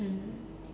mm